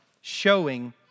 showing